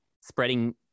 spreading